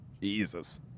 Jesus